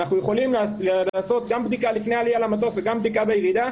אנחנו יכולים לעשות גם בדיקה לפני העלייה למטוס וגם בירידה,